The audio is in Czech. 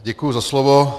Děkuju za slovo.